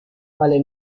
vale